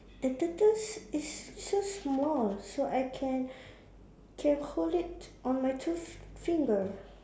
the turtle is so small so I can can hold it on my two finger